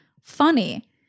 funny